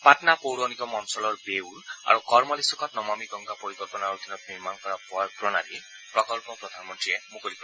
পাটনা পৌৰ নিগম অঞ্চলৰ বেউৰ আৰু কৰমালী চ'কত নমামী গংগা পৰিকল্পনাৰ অধীনত নিৰ্মাণ কৰা পয় প্ৰণালী প্ৰকল্প প্ৰধানমন্ৰীয়ে মুকলি কৰিব